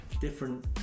Different